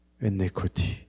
iniquity